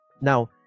Now